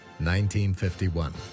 1951